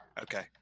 Okay